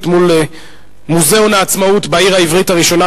מול מוזיאון העצמאות בעיר העברית הראשונה,